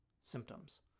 symptoms